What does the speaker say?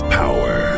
power